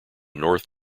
north